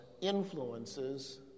influences